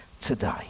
today